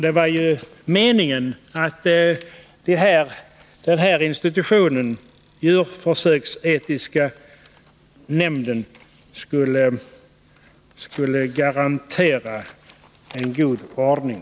Det var ju meningen att djurförsöksetiska nämnderna skulle garantera en god ordning.